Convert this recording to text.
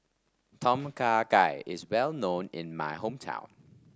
Tom Kha Gai is well known in my hometown